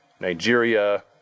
Nigeria